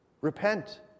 Repent